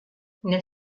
nel